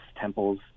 temples